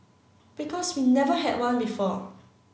because we never had one before